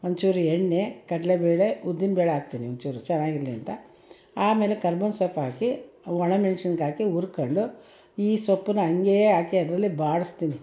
ಒಂಚೂರು ಎಣ್ಣೆ ಕಡಲೆಬೇಳೆ ಉದ್ದಿನಬೇಳೆ ಹಾಕ್ತೀನಿ ಒಂಚೂರು ಚೆನ್ನಾಗಿರ್ಲಿ ಅಂತ ಆಮೇಲೆ ಕರ್ಬೇವಿನ ಸೊಪ್ಪಾಕಿ ಒಣಮೆಣ್ಸಿನ್ಕಾಯಿ ಹಾಕಿ ಹುರ್ಕೊಂಡು ಈ ಸೊಪ್ಪನ್ನು ಹಂಗೆ ಹಾಕಿ ಅದರಲ್ಲಿ ಬಾಡಿಸ್ತೀನಿ